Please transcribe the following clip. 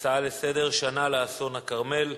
הצעות לסדר-היום בנושא: "שנה לאסון הכרמל",